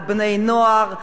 על בני-נוער,